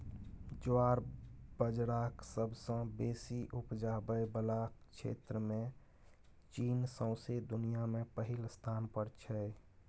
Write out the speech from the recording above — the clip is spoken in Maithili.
ज्वार बजराक सबसँ बेसी उपजाबै बला क्षेत्रमे चीन सौंसे दुनियाँ मे पहिल स्थान पर छै